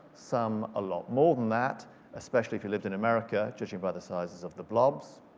some a lot more than that especially if you lived in america judging by the sizes of the blobs.